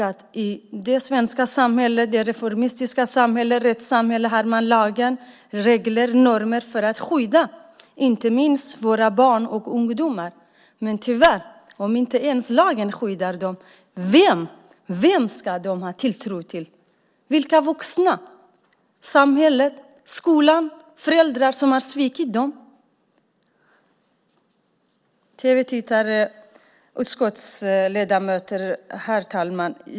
I det svenska samhället - det reformistiska samhället, rättssamhället - har man lagar, regler och normer för att skydda inte minst våra barn och ungdomar. Men om inte ens lagen skyddar dem, vem ska de då ha tilltro till? Vilka vuxna? Är det samhället? Är det skolan? Är det föräldrar som har svikit dem? Tv-tittare, utskottsledamöter, herr talman!